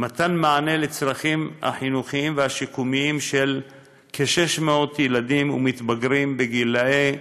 למתן מענה לצרכים החינוכיים והשיקומיים של כ-600 ילדים ומתבגרים גילאי